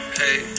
hey